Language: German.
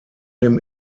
dem